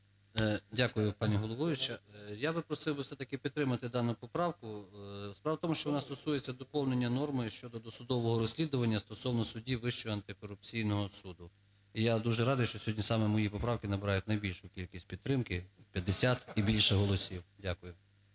Дякую, пані головуюча. Я би просив все-таки підтримати дану поправку. Справа в тому, що вона стосується доповнення норми щодо досудового розслідування стосовно судді Вищого антикорупційного суду. І я дуже радий, що сьогодні саме мої поправки набирають найбільшу кількість підтримки: 50 і більше голосів. Дякую.